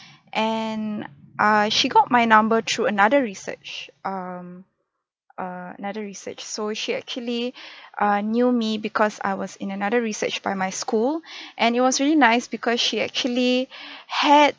and err she got my number through another research um err another research so she actually err knew me because I was in another research by my school and it was really nice because she actually had